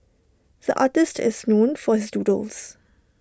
the artist is known for his doodles